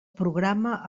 programa